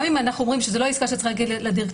גם אם אנחנו אומרים שזאת לא עסקה שצריכה להגיע לדירקטוריון,